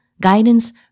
guidance